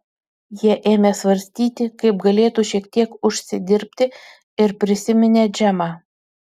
jie ėmė svarstyti kaip galėtų šiek tiek užsidirbti ir prisiminė džemą